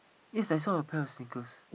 yes I saw a pair of sneakers